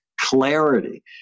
clarity